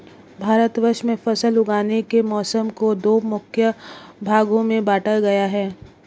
भारतवर्ष में फसल उगाने के मौसम को दो मुख्य भागों में बांटा गया है